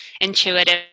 intuitive